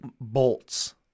bolts